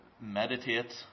Meditate